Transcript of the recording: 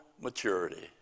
maturity